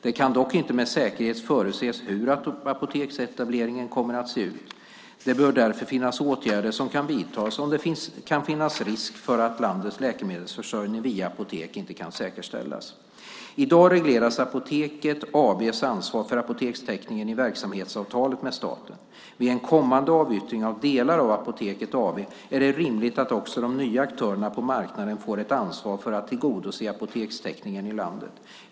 Det kan dock inte med säkerhet förutses hur apoteksetableringen kommer att se ut. Det bör därför finnas åtgärder som kan vidtas om det skulle finnas risk för att landets läkemedelsförsörjning via apotek inte kan säkerställas. I dag regleras Apoteket AB:s ansvar för apotekstäckningen i verksamhetsavtalet med staten. Vid en kommande avyttring av delar av Apoteket AB är det rimligt att också de nya aktörerna på marknaden får ett ansvar för att tillgodose apotekstäckningen i landet.